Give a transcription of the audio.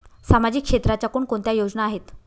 सामाजिक क्षेत्राच्या कोणकोणत्या योजना आहेत?